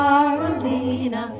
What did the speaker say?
Carolina